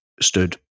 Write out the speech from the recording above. stood